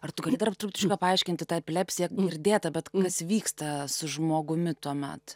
ar tu gali dar trupučiuką paaiškinti tą epilepsiją girdėta bet kas vyksta su žmogumi tuomet